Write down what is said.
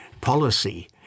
policy